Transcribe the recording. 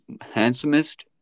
handsomest